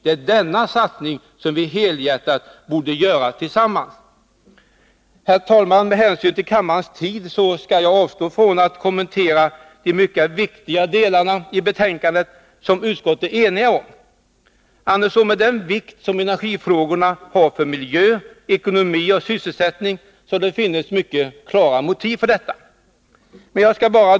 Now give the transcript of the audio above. Det är denna satsning vi helhjärtat borde göra tillsammans! Herr talman! Med hänsyn till kammarens tid skall jag avstå från att kommentera de mycket viktiga delar av betänkandet som utskottet är enigt om. Med den vikt som energifrågorna har för miljö, ekonomi och sysselsättning hade det annars funnits klara motiv för att göra detta. Herr talman!